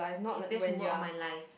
happiest moment of my life